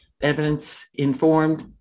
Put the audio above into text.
evidence-informed